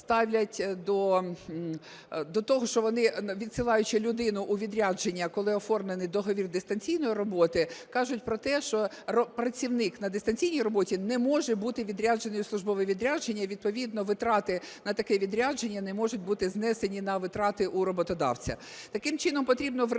ставлять до того, що вони, відсилаючи людину у відрядження, коли оформлений договір дистанційної роботи, кажуть про те, що працівник на дистанційній роботі не може бути відряджений в службове відрядження, відповідно витрати на таке відрядження не можуть бути знесені на витрати у роботодавця.